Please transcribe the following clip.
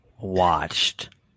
watched